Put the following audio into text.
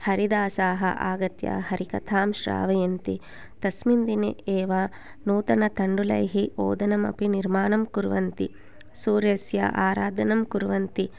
हरिदासाः आगत्य हरिकथां श्रावयन्ति तस्मिन् दिने एव नूतनतण्डुलैः ओदनमपि निर्माणं कुर्वन्ति सूर्यस्य आराधनं कुर्वन्ति